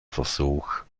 versuch